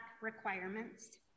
requirements